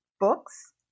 books